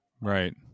Right